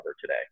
today